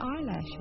eyelashes